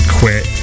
quit